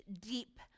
deep